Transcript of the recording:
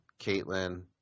Caitlin